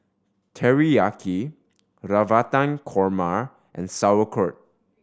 Teriyaki Navratan Korma and Sauerkraut